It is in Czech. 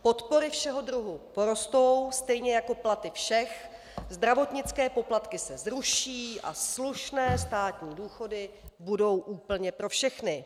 Podpory všeho druhu porostou, stejně jako platy všech, zdravotnické poplatky se zruší a slušné státní důchody budou úplně pro všechny.